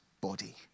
body